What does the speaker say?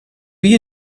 you